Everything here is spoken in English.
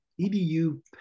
EDU